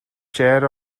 chair